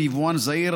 ויבואן זעיר,